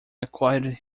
acquired